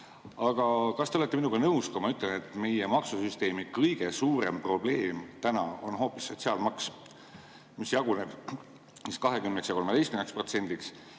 kas te olete minuga nõus, kui ma ütlen, et meie maksusüsteemi kõige suurem probleem täna on hoopis sotsiaalmaks, mis jaguneb 20%‑ks ja 13%‑ks,